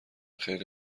خیلی